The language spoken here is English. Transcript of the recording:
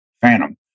Phantom